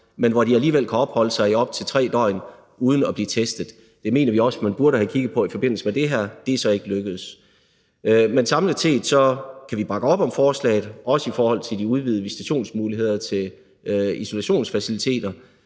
men hvor de alligevel kan opholde sig her i op til 3 døgn uden at blive testet. Det mener vi også at man burde have kigget på i forbindelse med det her, men det er så ikke lykkedes. Men samlet set kan vi bakke op om forslaget, også i forhold til de udvidede muligheder for visitation til isolationsfaciliteter,